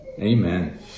Amen